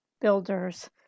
builders